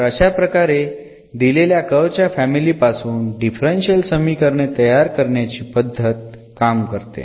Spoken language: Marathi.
तर अशाप्रकारे दिलेल्या कर्व च्या फॅमिली पासून डिफरन्शियल समीकरणे तयार करण्याची पद्धत काम करते